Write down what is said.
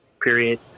period